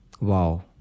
Wow